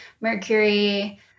mercury